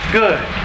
good